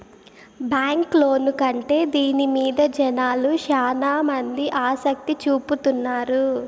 bank loan కంటే దీని మీద జనాలు శ్యానా మంది ఆసక్తి చూపుతున్నారు